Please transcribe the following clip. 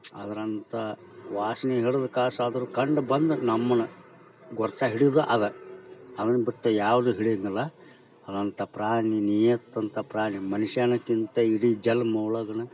ಅದ್ರಂಥ ವಾಸ್ನೆ ಹಿಡಿದು ಕಾಸಾದ್ರೂ ಕಂಡು ಬಂದು ನಮ್ಮನ್ನ ಗುರ್ತು ಹಿಡ್ಯೋದು ಅದು ಅದನ್ನ ಬಿಟ್ಟು ಯಾವುದು ಹೇಳಿದೆನಲ್ಲ ಅದರಂಥ ಪ್ರಾಣಿ ನೀಯತ್ತಂತ ಪ್ರಾಣಿ ಮನುಷ್ಯನಿಗಿಂತ ಇಡೀ ಜನ್ಮ ಒಳಗೇನೆ